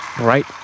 Right